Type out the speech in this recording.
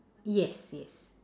yes yes